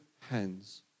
hands